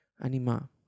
Anima